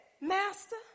Master